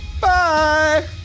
bye